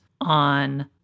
on